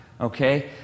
Okay